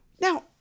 Now